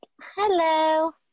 hello